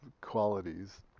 qualities